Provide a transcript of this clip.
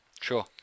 Sure